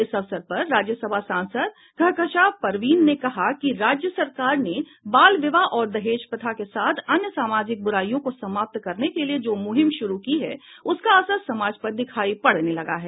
इस अवसर पर राज्यसभा सांसद कहकशा परवीन ने कहा कि राज्य सरकार ने बाल विवाह और दहेज प्रथा के साथ अन्य सामाजिक ब्राईयों को समाप्त करने के लिए जो मुहिम शुरू की है उसका असर समाज पर दिखाई पड़ने लगा है